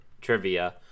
Trivia